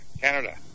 Canada